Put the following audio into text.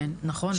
נכון,